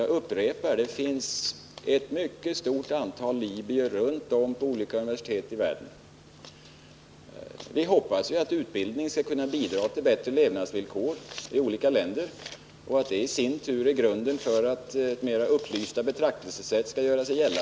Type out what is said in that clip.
Jag upprepar att det finns ett mycket stort antal libyer vid olika universitet runtom i världen. Det är min förhoppning att utbildningen skall kunna bidra till bättre levnadsvillkor i de olika länderna, vilket i sin tur kan utgöra en grund för ett mera upplyst betraktelsesätt.